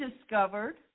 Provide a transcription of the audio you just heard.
discovered